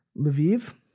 Lviv